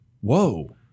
Whoa